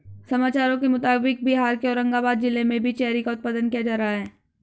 समाचारों के मुताबिक बिहार के औरंगाबाद जिला में भी चेरी का उत्पादन किया जा रहा है